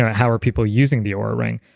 how are people using the oura ring?